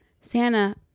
Santa